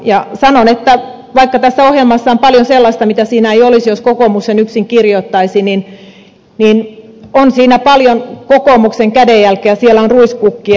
ja sanon että vaikka tässä ohjelmassa on paljon sellaista mitä siinä ei olisi jos kokoomus sen yksin kirjoittaisi niin on siinä paljon kokoomuksen kädenjälkeä siellä on ruiskukkia